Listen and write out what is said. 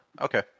okay